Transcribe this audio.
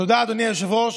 תודה, אדוני היושב-ראש.